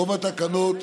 רוב התקנות,